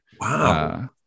Wow